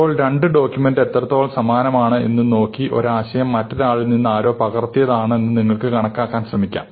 ഇപ്പോൾ രണ്ട് ഡോക്യൂമെന്റുകൾ എത്രത്തോളം സമാനമാണ് എന്ന് നോക്കി ഒരാശയം മറ്റൊരാളിൽ നിന്ന് ആരോ പകർത്തിയതാണോയെന്ന് നിങ്ങൾക്ക് കണക്കാക്കാൻ ശ്രമിക്കാം